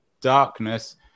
darkness